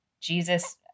Jesus